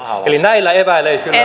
eli näillä eväillä ei